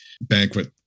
banquet